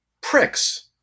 pricks